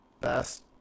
best